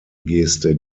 geste